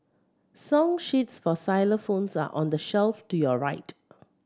song sheets for xylophones are on the shelf to your right